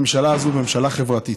הממשלה הזאת היא ממשלה חברתית.